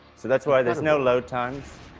so that's why there's no load times.